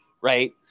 right